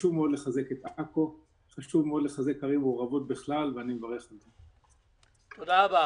תעזור לנו, אתה תעזור